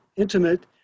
intimate